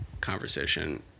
conversation